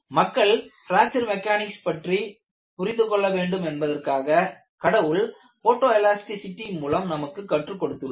மக்கள் fracture mechanics பற்றி புரிந்து கொள்ள வேண்டும் என்பதற்காக கடவுள் போட்டோ எலாஸ்டிசிடி மூலம் நமக்கு கற்றுக் கொடுத்துள்ளார்